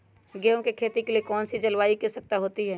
गेंहू की खेती के लिए कौन सी जलवायु की आवश्यकता होती है?